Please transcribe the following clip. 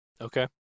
Okay